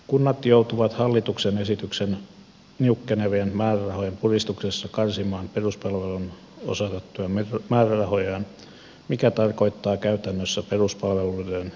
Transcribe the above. kunnat joutuvat hallituksen esityksen niukkenevien määrärahojen puristuksessa karsimaan peruspalveluun osoitettuja määrärahojaan mikä tarkoittaa käytännössä peruspalveluiden heikentämistä